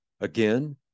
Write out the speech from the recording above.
Again